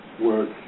work